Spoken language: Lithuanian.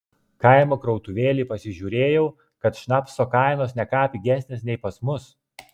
kaimo krautuvėlėj pasižiūrėjau kad šnapso kainos ne ką pigesnės nei pas mus